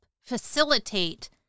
facilitate